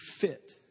fit